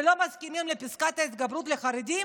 ולא מסכימים לפסקת ההתגברות לחרדים,